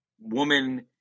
woman